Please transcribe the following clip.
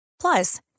Plus